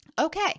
Okay